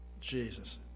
Jesus